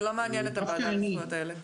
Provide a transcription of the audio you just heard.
זה לא מעניין את הועדה לזכויות הילד.